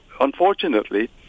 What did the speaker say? unfortunately